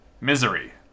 Misery